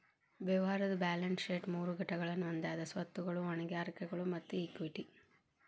ವ್ಯವಹಾರದ್ balance sheet ಮೂರು ಘಟಕಗಳನ್ನ ಹೊಂದೆದ ಸ್ವತ್ತುಗಳು, ಹೊಣೆಗಾರಿಕೆಗಳು ಮತ್ತ ಇಕ್ವಿಟಿ